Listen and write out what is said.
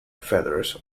feathers